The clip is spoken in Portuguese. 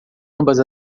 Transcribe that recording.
ambas